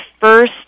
first